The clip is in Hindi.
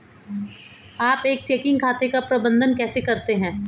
आप एक चेकिंग खाते का प्रबंधन कैसे करते हैं?